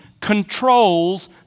controls